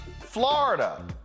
Florida